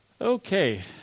Okay